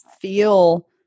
feel